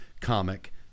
comic